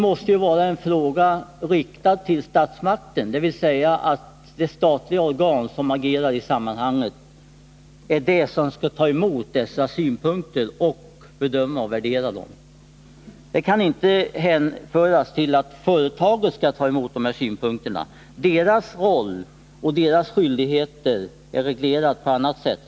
Det är då det statliga organ som skall agera i sammanhanget som skall ta emot dessa synpunkter och bedöma och värdera dem. Det kan inte vara meningen att företaget skall ta emot dessa synpunkter. Företagets roll och skyldigheter är som bekant reglerade på annat sätt.